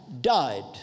died